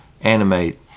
animate